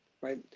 right